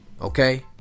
okay